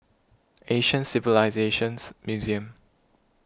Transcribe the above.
Asian Civilisations Museum